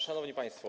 Szanowni Państwo!